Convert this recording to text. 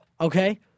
Okay